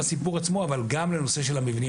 אבל גם על הסיפור של המבנים.